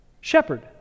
Shepherd